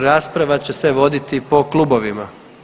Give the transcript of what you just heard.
Rasprava će se voditi po klubovima.